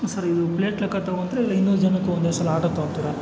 sir ಇದು plate ಲೆಕ್ಕ ತಗೋತೀರಾ ಇಲ್ಲ ಇನ್ನೂರು ಜನಕ್ಕೆ ಒಂದೇ ಸಲ ಆರ್ಡರ್ ತಗೋತೀರಾ